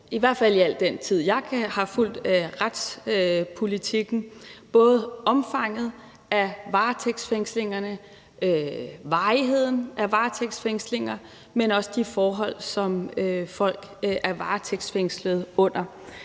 i hvert fald i al den tid, jeg har fulgt retspolitikken, både hvad angår omfanget af varetægtsfængslinger, varigheden af varetægtsfængslinger, men også de forhold, som folk er varetægtsfængslet under.